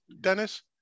Dennis